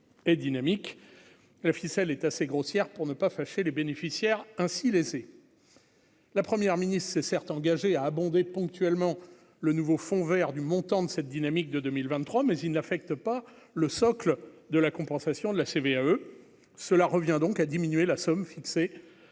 est dynamique, la ficelle est assez grossière pour ne pas fâcher les bénéficiaires ainsi lésés. La première ministre s'est certes engagé à abonder ponctuellement le nouveau Fonds Vert du montant de cette dynamique de 2023, mais il ne l'affecte pas le socle de la compensation de la CVAE cela revient donc à diminuer la somme fixée